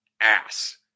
ass